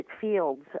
fields